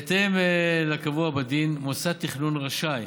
בהתאם לקבוע בדין, מוסד תכנון רשאי